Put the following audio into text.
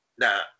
Now